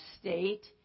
state